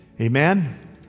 Amen